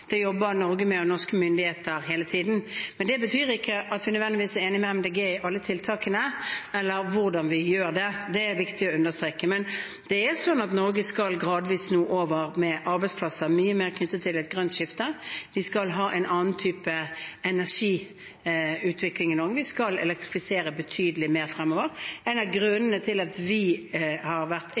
og norske myndigheter med hele tiden. Men det betyr ikke at vi nødvendigvis er enig med Miljøpartiet De Grønne i alle tiltakene eller hvordan vi gjør det. Det er viktig å understreke. Men det er slik at Norge nå gradvis skal over til arbeidsplasser som er mye mer knyttet til et grønt skifte. Vi skal ha en annen type energiutvikling i Norge, vi skal elektrifisere betydelig mer fremover. En av grunnene til at vi har